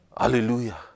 Hallelujah